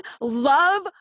love